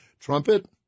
Trumpet